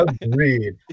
Agreed